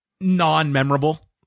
non-memorable